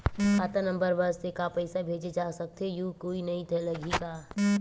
खाता नंबर बस से का पईसा भेजे जा सकथे एयू कुछ नई लगही का?